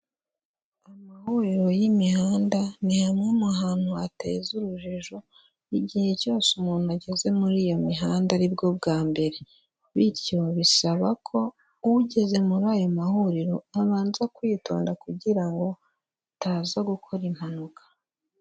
Amahuriro y'imihanda, ni hamwe mu hantu hateza urujijo igihe cyose umuntu ageze muri iyo mihanda aribwo bwa mbere, bityo bisaba ko ugeze muri ayo mahuriro abanza kwitonda kugira ngo ataza gukora impanuka.